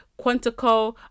Quantico